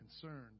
concerned